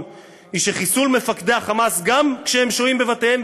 היא שחיסול מפקדי ה"חמאס" גם כשהם שוהים בבתיהם,